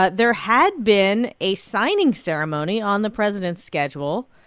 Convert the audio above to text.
ah there had been a signing ceremony on the president's schedule.